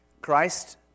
Christ